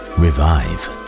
revive